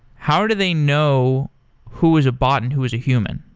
how do they know who is a bot and who is a human?